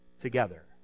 together